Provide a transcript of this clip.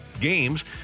games